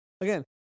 Again